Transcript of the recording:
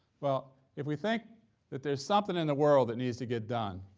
well, if we think that there's something in the world that needs to get done,